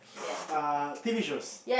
uh T_V shows